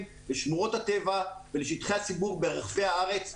לשמורות הטבע ולשטחי הציבור ברחבי הארץ,